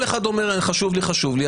כל אחד אומר - חשוב לי, חשוב לי.